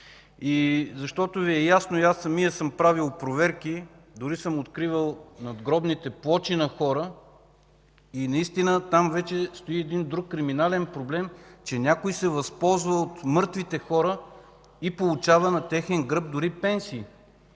Ясно Ви е и аз самият съм правил проверки, дори съм откривал надгробните плочи на хора. Наистина там вече има и криминален проблем – някой се възползва от мъртвите хора и получава на техен гръб дори пенсия.